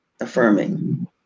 affirming